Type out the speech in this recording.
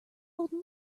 older